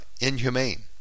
inhumane